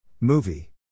Movie